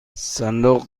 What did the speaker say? صندوق